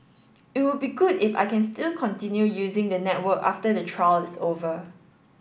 it would be good if I can still continue using the network after the trial is over